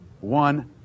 one